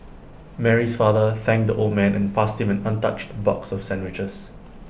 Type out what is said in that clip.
Mary's father thanked the old man and passed him an untouched box of sandwiches